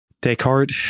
Descartes